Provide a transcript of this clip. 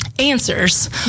Answers